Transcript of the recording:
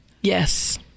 Yes